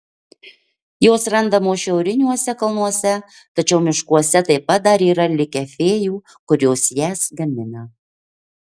jos randamos šiauriniuose kalnuose tačiau miškuose taip pat dar yra likę fėjų kurios jas gamina